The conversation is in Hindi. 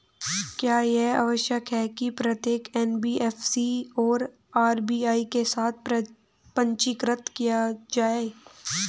क्या यह आवश्यक है कि प्रत्येक एन.बी.एफ.सी को आर.बी.आई के साथ पंजीकृत किया जाए?